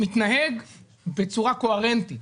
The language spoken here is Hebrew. מתנהג בצורה קוהרנטית,